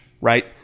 right